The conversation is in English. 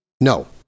No